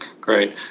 Great